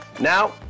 now